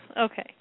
Okay